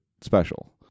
special